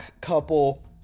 couple